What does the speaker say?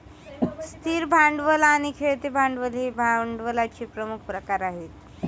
स्थिर भांडवल आणि खेळते भांडवल हे भांडवलाचे प्रमुख प्रकार आहेत